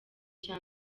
cya